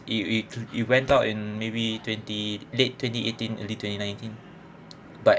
it it it went out in maybe twenty late twenty eighteen early twenty nineteen but